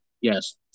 Yes